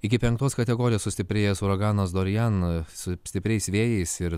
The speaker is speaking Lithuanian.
iki penktos kategorijos sustiprėjęs uraganas dorian su stipriais vėjais ir